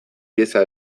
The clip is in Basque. pieza